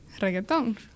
Reggaeton